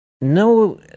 no